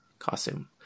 costume